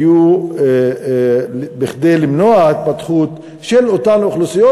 היו כדי למנוע התפתחות של אותן אוכלוסיות